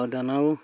আৰু দানাও